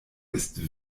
ist